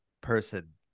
person